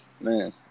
Man